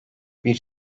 bir